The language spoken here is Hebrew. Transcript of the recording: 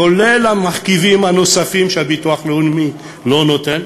כולל המרכיבים הנוספים שהביטוח הלאומי לא נותן,